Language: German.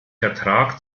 vertrag